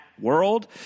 world